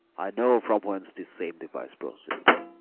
i know from whence this same device proceeds.